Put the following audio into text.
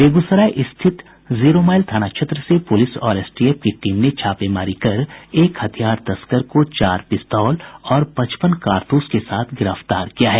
बेगूसराय स्थित जीरोमाईल थाना क्षेत्र से पुलिस और एसटीएफ की टीम ने छापेमारी कर एक हथियार तस्कर को चार पिस्तौल और पचपन कारतूस के साथ गिरफ्तार किया है